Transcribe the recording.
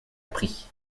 prix